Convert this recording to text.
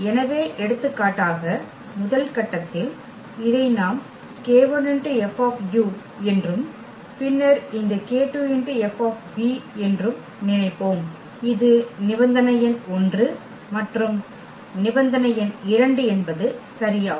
எனவே எடுத்துக்காட்டாக முதல் கட்டத்தில் இதை நாம் k1F என்றும் பின்னர் இந்த k2F என்றும் நினைப்போம் இது நிபந்தனை எண் 1 மற்றும் நிபந்தனை எண் 2 என்பது சரியாகும்